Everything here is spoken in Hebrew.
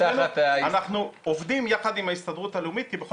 אנחנו עובדים יחד עם ההסתדרות הלאומית כי בכל